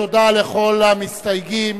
תודה לכל המסתייגים